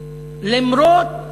למרות